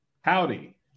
Howdy